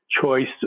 choice